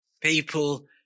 People